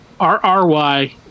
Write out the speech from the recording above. R-R-Y